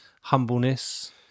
humbleness